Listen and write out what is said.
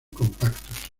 compactos